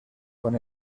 con